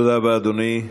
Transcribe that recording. תודה רבה, אדוני.